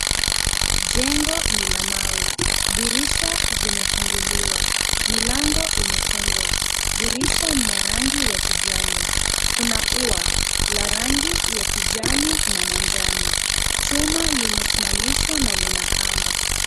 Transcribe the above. Jengo ni la mawe ,dirisha zimefunguliwa milango imefungwa na dirisha ni ya rangi ya kijani, kuna ua la rangi ya kijani na manjano chuma limesimamisjhwa na lina kamba .